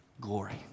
glory